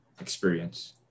experience